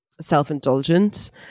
self-indulgent